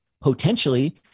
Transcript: potentially